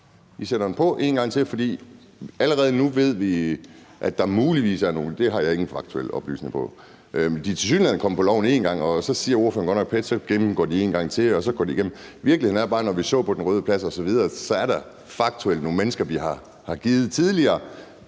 De sætter den på en gang til, for allerede nu ved vi, at der muligvis er nogle, men det har jeg ingen faktuelle oplysninger om, som tilsyneladende er kommet på loven en gang. Så siger ordføreren godt nok, at PET så gennemgår det en gang til. Virkeligheden er bare, at når vi ser på Den Røde Plads osv., er der faktuelt nogle mennesker, vi har givet det tidligere